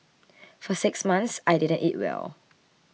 for six months I didn't eat well